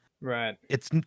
Right